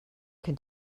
can